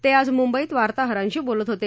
ते आज मुंबईत वाताहरांशी बोलत होते